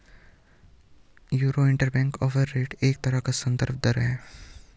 euro interbank offer rate एक तरह का सन्दर्भ दर है